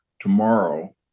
tomorrow